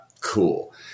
cool